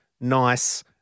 nice